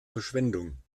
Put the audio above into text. verschwendung